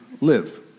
Live